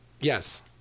Yes